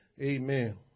Amen